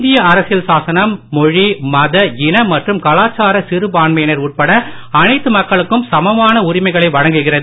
இந்திய அரசியல் சாசனம் மொழிமத இன மற்றும் கலாச்சார சிறுபான்மையினர் உட்பட அனைத்து மக்களுக்கும் சமமான உரிமைகளை வழங்குகிறது